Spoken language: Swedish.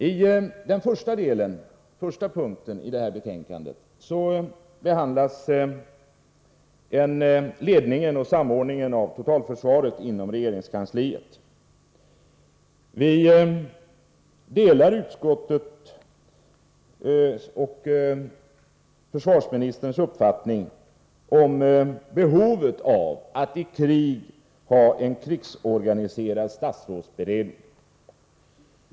I den första punkten i detta betänkande behandlas ledningen och samordningen av totalförsvaret inom regeringskansliet. Vi delar utskottets och försvarsministerns uppfattning om behovet av att i krig ha en krigsorganiserad statsrådsberedning.